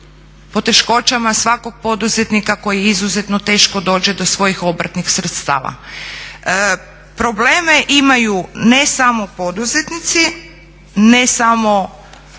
poteškoćama svakog poduzetnika koji izuzetno teško dođe do svojih obrtnih sredstava. Probleme imaju ne samo poduzetnici, ne samo